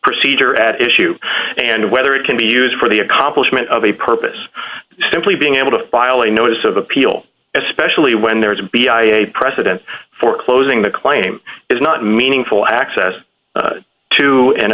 procedure at issue and whether it can be used for the accomplishment of a purpose simply being able to file a notice of appeal especially when there is a b i a precedent for closing the claim is not meaningful access to an